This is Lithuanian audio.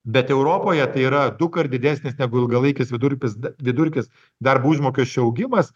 bet europoje tai yra dukart didesnis negu ilgalaikis vidurkis vidurkis darbo užmokesčio augimas